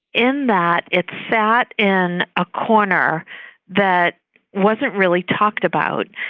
in that it sat in a corner that wasn't really talked about.